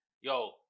Yo